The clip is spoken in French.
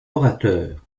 orateur